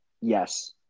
Yes